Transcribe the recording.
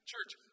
Church